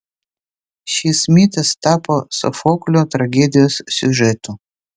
šis mitas tapo sofoklio tragedijos siužetu